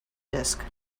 disk